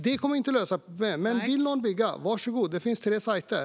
Det kommer inte att lösa problem, men vill någon bygga: Varsågod, det finns tre siter!